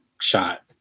shot